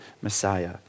Messiah